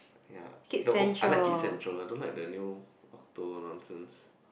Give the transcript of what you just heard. ya the old I like Kids-Central I don't like the new Okto nonsense